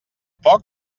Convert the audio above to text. poc